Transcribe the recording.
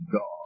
God